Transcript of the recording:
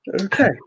Okay